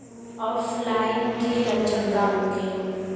ऑफलाइनके लक्षण का होखे?